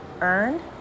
earn